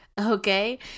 Okay